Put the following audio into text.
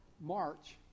March